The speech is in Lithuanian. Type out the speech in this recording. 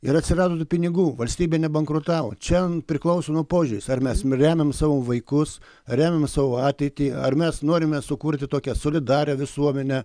ir atsirado tų pinigų valstybė nebankrutavo čia priklauso nuo požiūrio ar mes remiam savo vaikus remiame savo ateitį ar mes norime sukurti tokią solidarią visuomenę